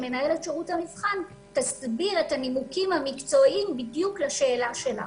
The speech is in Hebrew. שמנהלת שירות המבחן תסביר את הנימוקים המקצועיים בדיוק לשאלה שלך.